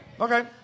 Okay